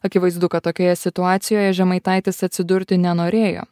akivaizdu kad tokioje situacijoje žemaitaitis atsidurti nenorėjo